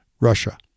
Russia